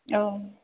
औ